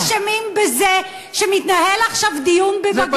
הם אשמים בזה שמתנהל עכשיו דיון בבג"ץ,